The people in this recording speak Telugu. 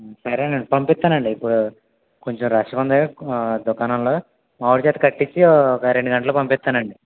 సరే అండి పంపిస్తా అండి ఇప్పుడు కొంచెం రష్ గా ఉంది దుకాణంలో మావాడి చేత కట్టించి ఒక రెండు గంటల్లో పంపిస్తాను అండి